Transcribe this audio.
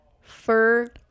fur